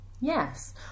Yes